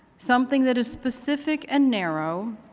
something that is specific and narrow,